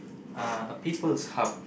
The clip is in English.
uh a people's hub